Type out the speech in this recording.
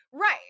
Right